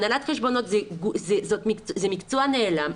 הנהלת חשבונות זה מקצוע נעלם,